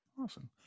Awesome